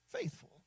faithful